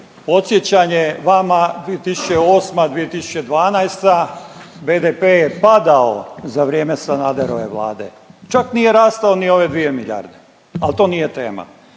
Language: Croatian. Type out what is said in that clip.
podsjećanje vama, 2008.-2012. BDP je padao za vrijeme Sanaderove Vlade, čak nije rastao ni ove 2 milijarde, al to nije tema.